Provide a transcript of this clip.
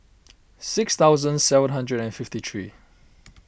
six thousand seven hundred and fifty three